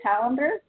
Calendar